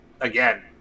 again